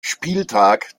spieltag